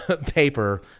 paper